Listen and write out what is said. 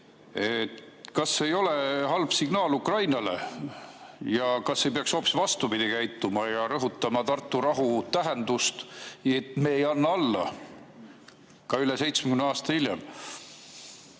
Kas see ei ole halb signaal Ukrainale? Kas ei peaks hoopis vastupidi käituma ja rõhutama Tartu rahu tähendust, et me ei anna alla ka rohkem kui 70 aastat